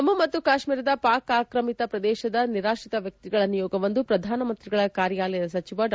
ಜಮ್ಮು ಮತ್ತು ಕಾಶ್ಮೀರದ ಪಾಕ್ ಆಕ್ರಮಿತ ಪ್ರದೇಶದ ನಿರಾಶ್ರಿತ ವ್ಯಕ್ತಿಗಳ ನಿಯೋಗವೊಂದು ಪ್ರಧಾನಮಂತ್ರಿಗಳ ಕಾರ್ಕಾಲಯದ ಸಚಿವ ಡಾ